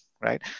right